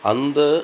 अन्धः